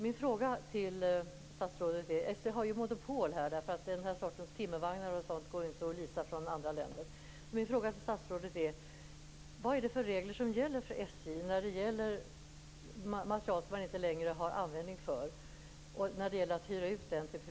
Min fråga till statsrådet utgår från att SJ har ett monopol på det här området. De aktuella typerna av timmervagnar osv. kan inte leasas från andra länder.